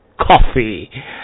Coffee